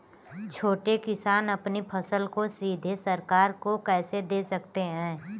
छोटे किसान अपनी फसल को सीधे सरकार को कैसे दे सकते हैं?